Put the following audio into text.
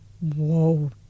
Whoa